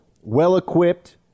well-equipped